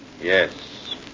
Yes